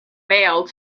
mail